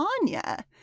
Anya